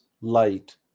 light